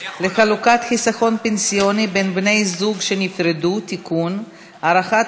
לחלוקת חיסכון פנסיוני בין בני-זוג שנפרדו (תיקון) (הארכת